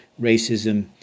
racism